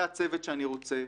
זה הצוות שאני רוצה,